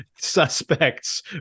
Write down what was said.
suspects